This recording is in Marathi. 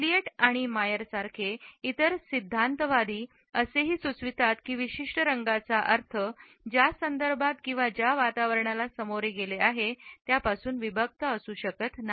इलियटआणि मायर सारखे इतर सिद्धांतवादी असेही सुचवले आहे की विशिष्ट रंगाचा अर्थ ज्या संदर्भात किंवा ज्या वातावरणाला सामोरे गेले आहे त्यापासून विभक्त असू शकत नाही